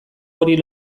hori